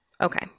Okay